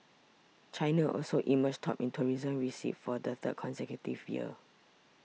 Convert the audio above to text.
China also emerged top in tourism receipts for the third consecutive year